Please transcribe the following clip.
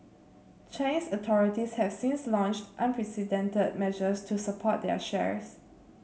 Chinese authorities have since launched unprecedented measures to support their shares